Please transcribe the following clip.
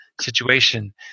situation